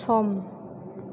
सम